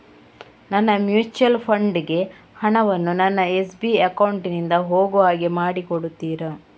ನನ್ನ mutual fund ಗೆ ಹಣ ವನ್ನು ನನ್ನ ಎಸ್.ಬಿ ಅಕೌಂಟ್ ನಿಂದ ಹೋಗು ಹಾಗೆ ಮಾಡಿಕೊಡುತ್ತೀರಾ?